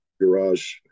garage